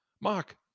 Mark